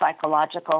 psychological